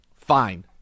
Fine